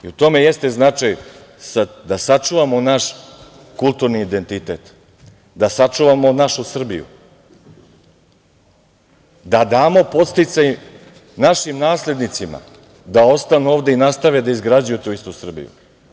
U tome i jeste značaj, da sačuvamo naš kulturni identitet, da sačuvamo našu Srbiju, da damo podsticaj našim naslednicima da ostanu ovde i nastave da izgrađuju tu istu Srbiju.